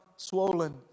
Swollen